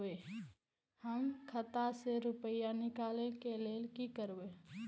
हम खाता से रुपया निकले के लेल की करबे?